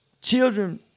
Children